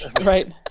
right